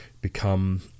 become